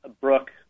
Brooke